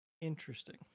interesting